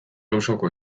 auzoko